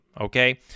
okay